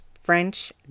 French